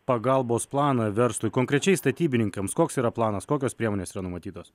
pagalbos planą verslui konkrečiai statybininkams koks yra planas kokios priemonės yra numatytos